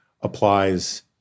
applies